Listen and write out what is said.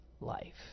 life